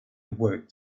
awoke